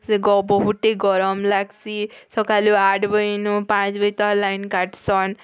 ସେ ଗବ ବୁଟି ଗରମ୍ ଲାଗ୍ସି ସକାଲୁ ଆଠ୍ ବଜେ ଇନୁ ପାଞ୍ଚ ବଜେ ତକ୍ ଲାଇନ୍ କାଟ୍ସନ୍